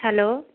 hello